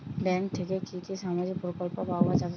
Bank থেকে কি কি সামাজিক প্রকল্প পাওয়া যাবে?